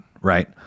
Right